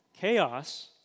Chaos